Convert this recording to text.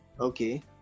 okay